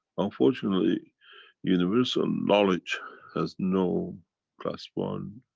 unfortunately universal knowledge has no class one,